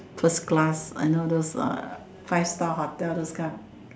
first class I know those uh five star hotel those kind of